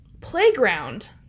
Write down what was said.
Playground